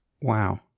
Wow